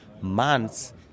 months